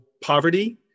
poverty